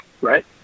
right